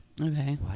Okay